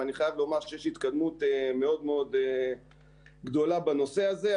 ואני חייב לומר שיש התקדמות מאוד מאוד גדולה בנושא הזה.